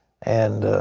and